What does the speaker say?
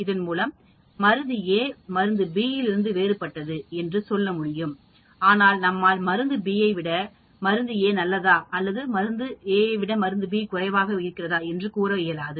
இதன் மூலம் மருந்து A மருந்து B இலிருந்து வேறுபட்டது என்று சொல்ல முடியும் ஆனால் நம்மால் மருந்து B ஐ விட மருந்து A நல்லதா அல்லது மருந்து A ஐ விட B குறைவாக இருக்கிறதா என்று கூற இயலாது